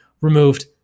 removed